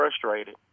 frustrated